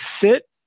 sit